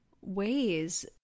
ways